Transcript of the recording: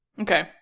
Okay